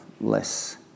less